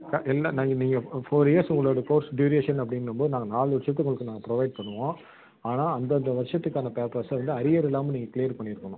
க இல்லை நாங்கள் நீங்கள் ஃபோர் இயர்ஸ் உங்களோடய கோர்ஸ் ட்யூரேஷன் அப்படின்னும்போது நாங்கள் நாலு வருஷத்துக்கு உங்களுக்கு நாங்கள் ப்ரொவைட் பண்ணுவோம் ஆனால் அந்தந்த வருஷத்துக்கான பேப்பர்ஸை வந்து அரியர் இல்லாமல் நீங்கள் கிளியர் பண்ணியிருக்கணும்